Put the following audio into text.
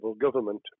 government